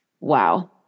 Wow